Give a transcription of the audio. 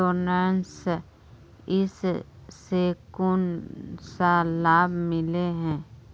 Insurance इस से कोन सा लाभ मिले है?